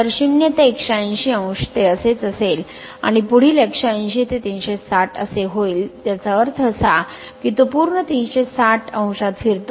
तर 0 ते 180 o ते असेच असेल आणि पुढील 180 ते 360 असे होईल त्याचा अर्थ असा की तो पूर्ण 360 0 फिरतो